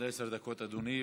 עולים הצעות חוק, עולות.